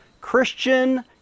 Christian